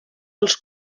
els